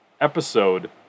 episode